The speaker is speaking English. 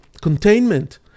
containment